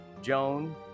Joan